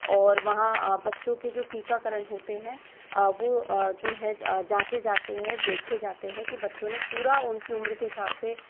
और वहाँ बच्चों के जो टीकाकरण होते है वो जो है जाँचे जाते है देखे जाते है की बच्चों ने पूरा उनके उम्र के हिसाब से